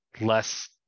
less